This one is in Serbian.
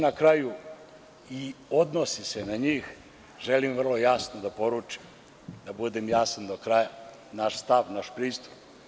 Na kraju, i odnosi se na njih, želim vrlo jasno da poručim, da budem jasan do kraja, naš stav, naš pristup.